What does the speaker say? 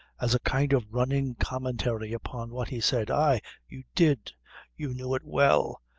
as a kind of running commentary upon what he said ay you did you knew it well,